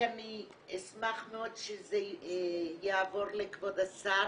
אשמח מאוד שזה יעבור לכבוד השר